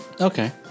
Okay